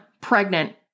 pregnant